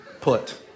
put